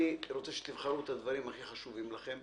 אני רוצה שתבחרו את הדברים הכי חשובים לכם